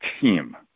team